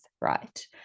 right